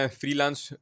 freelance